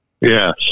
yes